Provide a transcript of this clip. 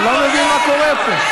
אני לא מבין מה קורה פה.